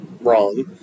wrong